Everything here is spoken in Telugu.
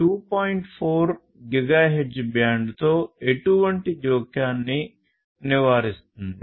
4 గిగాహెర్ట్జ్ బ్యాండ్తో ఎటువంటి జోక్యాన్ని నివారిస్తుంది